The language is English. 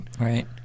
Right